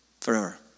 Forever